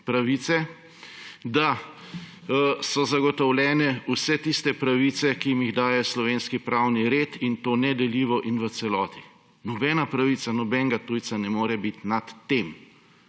pravice, da so zagotovljene vse tiste pravice, ki jim jih daje slovenski pravni red, in to nedeljivo in v celoti. Nobena pravica nobenega tujca ne more biti nad tem.